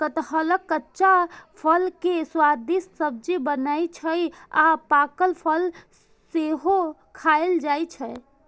कटहलक कच्चा फल के स्वादिष्ट सब्जी बनै छै आ पाकल फल सेहो खायल जाइ छै